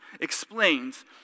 explains